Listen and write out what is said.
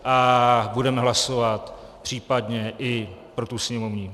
A budeme hlasovat případně i pro tu sněmovní.